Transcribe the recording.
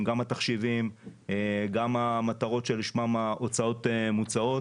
גם התחשיבים וגם המטרות שלשמן ההוצאות מוצאות,